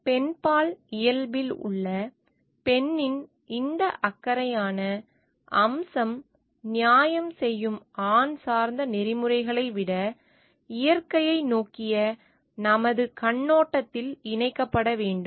பெண்பால் இயல்பில் உள்ள பெண்ணின் இந்த அக்கறையான அம்சம் நியாயம் செய்யும் ஆண் சார்ந்த நெறிமுறைகளை விட இயற்கையை நோக்கிய நமது கண்ணோட்டத்தில் இணைக்கப்பட வேண்டும்